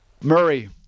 Murray